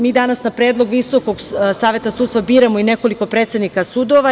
Mi danas na predlog Visokog saveta sudstva biramo i nekoliko predsednika sudova.